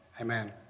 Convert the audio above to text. amen